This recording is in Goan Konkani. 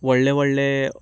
व्हडले व्हडले